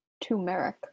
turmeric